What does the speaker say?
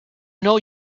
know